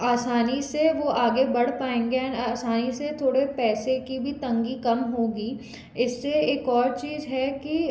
आसानी से वो आगे बढ़ पाएंगे एन आसानी से थोड़े पैसे की भी तंगी कम होगी इससे एक और चीज़ है कि